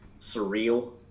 surreal